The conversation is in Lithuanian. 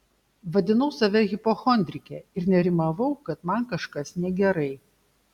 vadinau save hipochondrike ir nerimavau kad man kažkas negerai